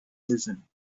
listened